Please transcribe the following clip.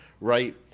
right